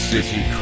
City